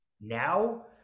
now